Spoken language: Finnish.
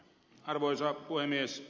arvoisa puhemies